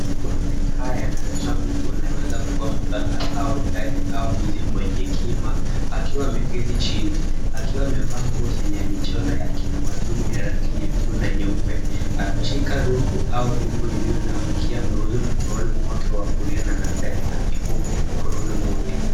Mandhari haya yanaonyesha mtu anayeweza kuwa mganga au jadi au mtu mwenye hekima, akiwa ameketi chini, akiwa amevaa nguo zenye michoro ya kitamaduni ya rangi nyekundu na nyeupe. Ameshika rungu au fimbo iliyo na mkia mweusi mkononi mwake wa kulia na ana pete na vikuku mikononi mwake.